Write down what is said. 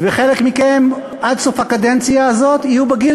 וחלק מכם עד סוף הקדנציה הזאת יהיו בגיל